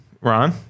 Ron